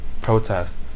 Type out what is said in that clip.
protest